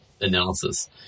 analysis